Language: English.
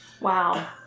wow